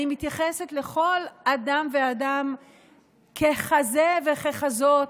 אני מתייחסת לכל אדם ואדם ככזה וככזאת,